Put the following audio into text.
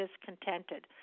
discontented